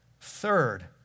Third